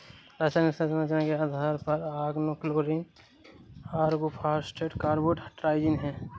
रासायनिक संरचना के आधार पर ऑर्गेनोक्लोरीन ऑर्गेनोफॉस्फेट कार्बोनेट ट्राइजीन है